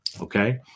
Okay